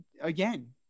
again